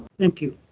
thank you.